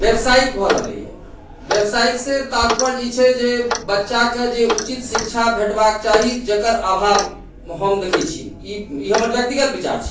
व्यवसायिक भऽ रहलैया व्यवसायिक सऽ तातपर्य ई छै जे बच्चा के जे उचित शिक्षा भेटबाक चाही जकर अभाव हम देखै छियै ई हमर व्यक्तिगत विचार छी